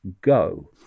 go